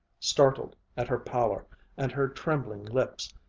startled at her pallor and her trembling lips,